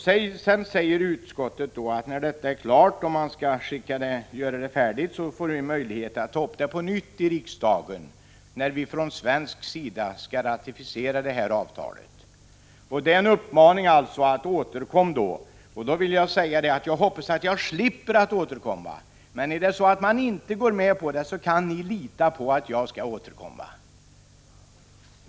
Sedan säger utskottet att när det arbetet är klart får vi möjlighet att ta upp frågan på nytt i riksdagen — när vi från svensk sida skall ratificera detta avtal. Det innebär alltså en uppmaning: återkom då! Jag vill säga att jag hoppas att jag slipper återkomma. Men om man inte går med på förslaget, så kan ni lita på att jag skall återkomma.